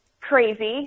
crazy